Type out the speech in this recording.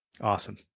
Awesome